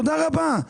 תודה רבה.